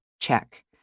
Check